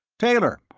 taylor,